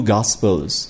Gospels